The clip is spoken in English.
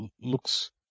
looks